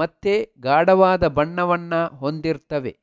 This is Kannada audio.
ಮತ್ತೆ ಗಾಢವಾದ ಬಣ್ಣವನ್ನ ಹೊಂದಿರ್ತವೆ